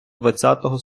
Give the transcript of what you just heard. двадцятого